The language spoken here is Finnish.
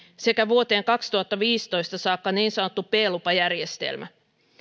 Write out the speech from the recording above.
sekä vuoteen kaksituhattaviisitoista saakka niin sanottu b lupajärjestelmä